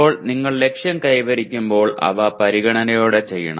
ഇപ്പോൾ നിങ്ങൾ ലക്ഷ്യം കൈവരിക്കുമ്പോൾ അവ പരിഗണനയോടെ ചെയ്യണം